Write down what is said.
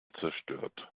zerstört